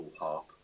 harp